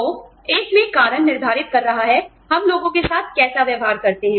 तो एक में कारण निर्धारित कर रहा है हम लोगों के साथ कैसा व्यवहार करते हैं